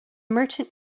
merchant